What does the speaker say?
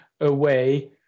away